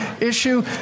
issue